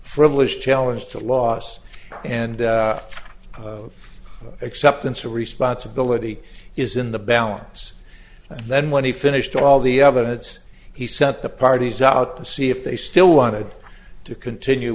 frivolous challenge to loss and acceptance of responsibility is in the balance and then when he finished all the evidence he sent the parties out to see if they still wanted to continue